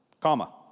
Comma